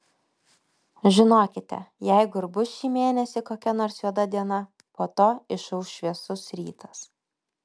žinokite jeigu ir bus šį mėnesį kokia nors juoda diena po to išauš šviesus rytas